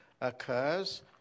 occurs